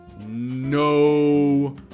No